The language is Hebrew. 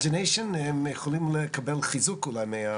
Imagination, הם יכולים לקבל חיזוק אולי.